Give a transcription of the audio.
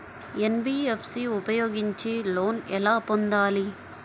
NBFC ఉపయోగించి loan ఎలా పొందాలి?